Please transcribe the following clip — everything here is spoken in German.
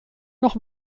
noch